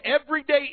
everyday